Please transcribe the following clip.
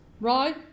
right